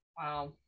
Wow